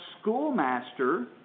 schoolmaster